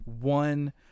one